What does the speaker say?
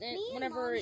whenever